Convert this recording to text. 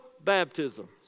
baptisms